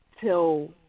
till